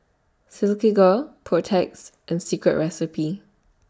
Silkygirl Protex and Secret Recipe